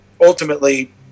ultimately